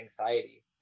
anxiety